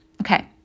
Okay